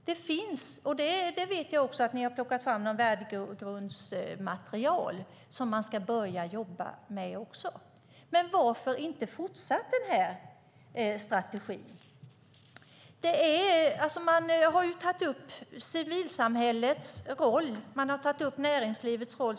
Jag vet att ni har plockat fram något värdegrundsmaterial som man ska börja jobba med. Men varför inte fortsätta med den här strategin? Man har tagit upp civilsamhällets roll. Man har tagit upp näringslivets roll.